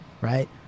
right